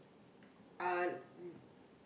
uh